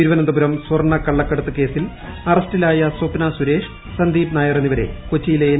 തിരുവനന്തപുരം സ്വർണ കള്ളക്കടത്തു കേസിൽ അറസ്റ്റിലായ സ്വപ്ന സുരേഷ് സന്ദീപ് നായർ എന്നിവരെ കൊച്ചിയിലെ എൻ